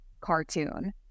cartoon